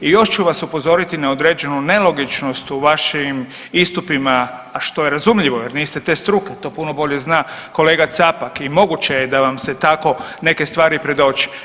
I još ću vas upozoriti na određenu nelogičnost u vašim istupima, a što je razumljivo jer niste te struke, to puno bolje zna kolega Capak i moguće da vam se tako neke stvari i predoči.